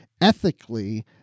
ethically